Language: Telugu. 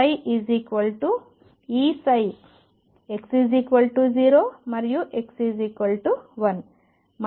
l మధ్య ఇది వర్తిస్తుంది